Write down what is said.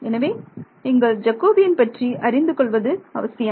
எனவே நீங்கள் ஜெகோபியன் பற்றி அறிந்து கொள்வது அவசியம்